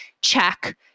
check